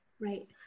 right